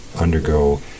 undergo